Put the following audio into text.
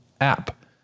app